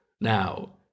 Now